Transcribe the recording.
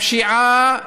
הפשיעה,